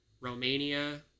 Romania